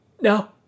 No